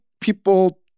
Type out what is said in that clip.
people